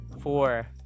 four